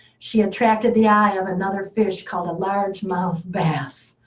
she attracted the eye of another fish called large-mouthed bass.